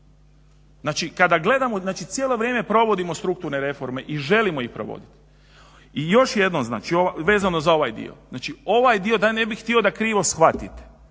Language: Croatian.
gledamo cijelo vrijeme provodimo strukturne reforme i želimo ih provoditi. I još jedno znači, vezano za ovaj dio. Znači ovaj dio ja ne bih htio da krivo shvatite,